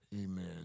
Amen